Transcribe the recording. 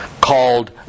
called